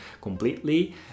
completely